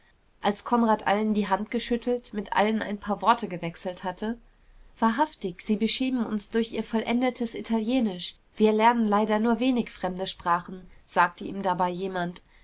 als konrad allen die hand geschüttelt mit allen ein paar worte gewechselt hatte wahrhaftig sie beschämen uns durch ihr vollendetes italienisch wir lernen leider nur wenig fremde sprachen sagte ihm dabei jemand